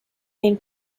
been